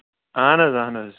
اَہَن حظ اَہَن حظ